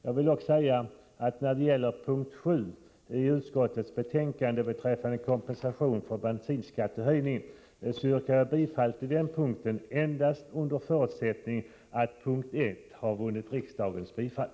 Jag vill dock säga att jag yrkar bifall till mom. 7 i utskottets hemställan om kompensation för bensinskattehöjningen endast under förutsättning att mom. 1 har vunnit riksdagens bifall.